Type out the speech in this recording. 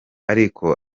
ariko